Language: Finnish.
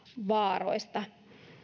vaaroista